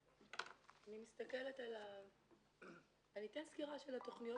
אני אתן סקירה של התוכניות